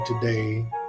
today